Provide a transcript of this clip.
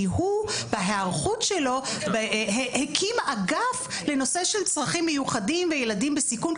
כי הוא בהיערכות שלו הקים אגף לנושא של צרכים מיוחדים וילדים בסיכון,